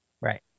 Right